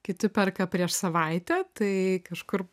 kiti perka prieš savaitę tai kažkur